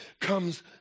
comes